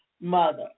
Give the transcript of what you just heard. mother